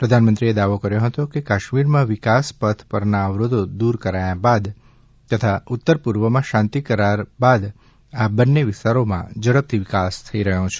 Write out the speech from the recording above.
પ્રધાનમંત્રીએ દાવો કર્યો હતો કે કાશ્મીરમાં વિકાસ પથ પરના અવરોધો દૂર કરાયા બાદ તથા ઉત્તર પૂર્વમાં શાંતિ કરાર બાદ આ બંને વિસ્તારોમાં ઝડપથી વિકાસ થઈ રહ્યો છે